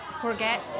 forget